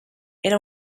era